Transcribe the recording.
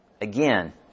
again